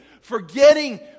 Forgetting